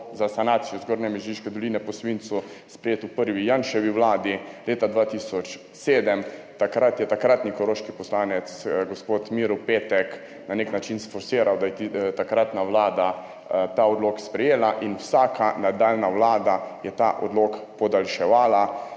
za sanacijo Zgornje Mežiške doline po svincu sprejet v prvi Janševi vladi leta 2007, takrat je takratni koroški poslanec gospod Miro Petek na nek način sforsiral, da je takratna vlada sprejela ta odlok in vsaka nadaljnja vlada je ta odlok podaljševala.